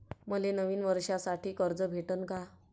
मले नवीन वर्षासाठी कर्ज भेटन का?